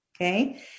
okay